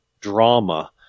drama